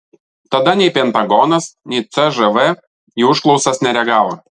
tada nei pentagonas nei cžv į užklausas nereagavo